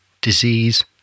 disease